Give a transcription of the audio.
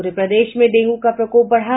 पूरे प्रदेश में डेंगू का प्रकोप बढ़ा